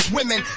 Women